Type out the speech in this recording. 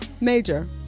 major